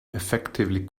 effectively